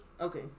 Okay